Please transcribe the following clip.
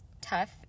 tough